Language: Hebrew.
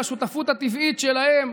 אל השותפות הטבעית שלהם,